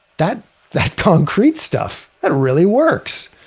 that that concrete stuff, that really works.